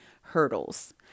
hurdles